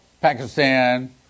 Pakistan